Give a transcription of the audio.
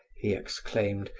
he exclaimed,